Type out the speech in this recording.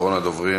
אחרון הדוברים.